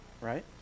right